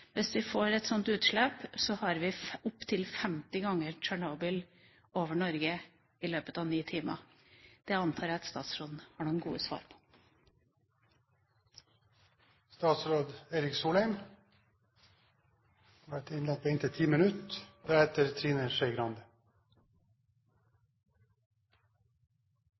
et av lagrene – har vi opptil 50 ganger Tsjernobyl over Norge i løpet av ni timer? Jeg antar at statsråden har noen gode svar.